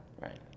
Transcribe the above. Right